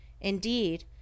Indeed